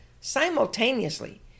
simultaneously